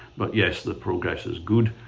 but yes, the progress is good.